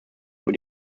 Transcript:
über